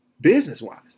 Business-wise